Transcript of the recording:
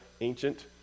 ancient